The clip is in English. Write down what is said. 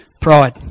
pride